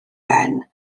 ben